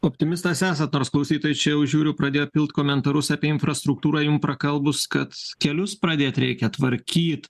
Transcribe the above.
optimistas esat nors klausytojai čia jau žiūriu pradėjo pilti komentarus apie infrastruktūrą jum prakalbus kad kelius pradėt reikia tvarkyt